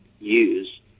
use